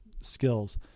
skills